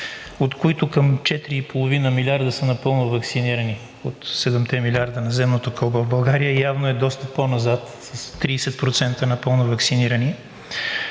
от които към 4,5 милиарда са напълно ваксинирани от седемте милиарда на земното кълбо. България явно е доста по-назад с 30% напълно ваксинирани.